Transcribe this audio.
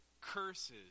Curses